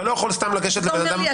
יש